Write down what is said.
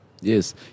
Yes